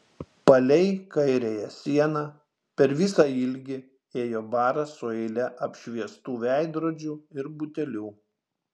palei kairiąją sieną per visą ilgį ėjo baras su eile apšviestų veidrodžių ir butelių